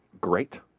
great